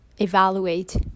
evaluate